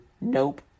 Nope